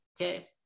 Okay